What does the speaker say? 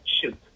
Shoot